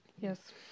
Yes